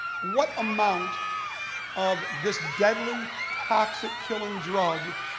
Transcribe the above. what amount of this deadly toxic killing drug,